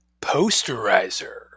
Posterizer